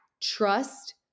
trust